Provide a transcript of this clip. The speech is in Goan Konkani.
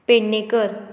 पेडणेकर